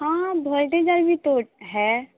ہاں تو ہے